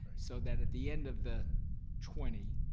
so that at the end of the twenty,